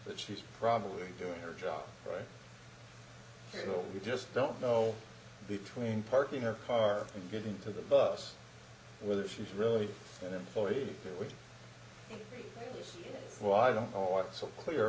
but she's probably doing her job right you know we just don't know between parking her car and getting to the bus whether she's really an employee which is why i don't know what's so clear